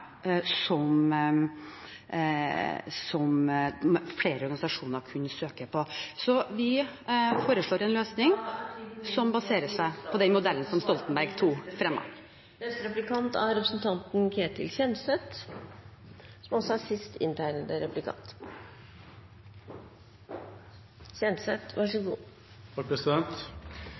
som flere organisasjoner kunne søke på. Så vi foreslår en løsning som baserer seg på den modellen som Stoltenberg II-regjeringen fremmet. Da er tiden omme. Statsråden er nødt til å svare på det i sin neste replikk. Neste replikant er representanten Ketil Kjenseth.